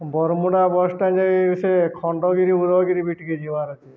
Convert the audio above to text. Baramunda bus stand ଯାଇ ସେ ଖଣ୍ଡଗିରି ଉଦୟଗିରି ବି ଟିକେ ଯିବାର ଅଛି